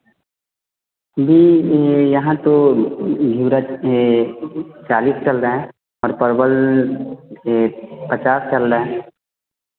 जी यहाँ तो झिउरा यह चालीस चल रहा है और परवल यह पचास चल रहा है